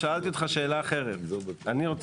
שאלתי אותך שאלה אחרת: אני,